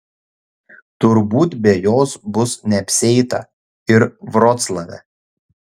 turbūt be jos bus neapsieita ir vroclave